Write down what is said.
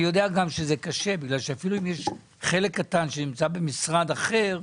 אני יודע שזה קשה כי אפילו אם יש חלק קטן שנמצא במשרד אחר,